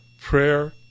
prayer